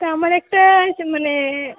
তা আমার একটা চ মানে